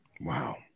Wow